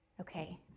okay